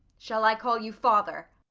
shall i call you father?